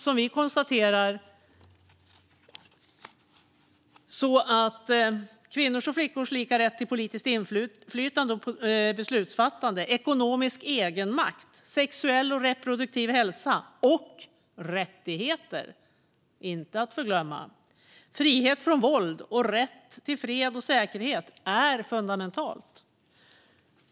Som vi konstaterar i betänkandet är kvinnors och flickors lika rätt till politiskt inflytande, beslutsfattande, ekonomisk egenmakt, sexuell och reproduktiv hälsa - och rättigheter, inte att förglömma -, frihet från våld och rätt till fred och säkerhet fundamentalt.